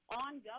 ongoing